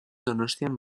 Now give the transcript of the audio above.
donostian